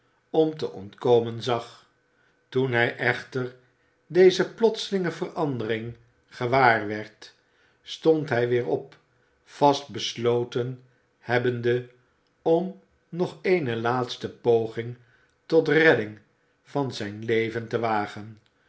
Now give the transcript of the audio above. om te ontkomen zag toen hij echter deze plotselinge verandering gewaar werd stond hij weer op vast besloten hebbende om nog eene laatste poging tot redding van zijn leven te wagen